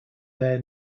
their